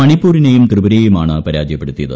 മണിപ്പൂരിനെയും ത്രിപുരയെയുമാണ് പരാജയപ്പെടുത്തിയത്